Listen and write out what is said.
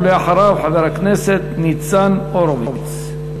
ולאחריו, חבר הכנסת ניצן הורוביץ.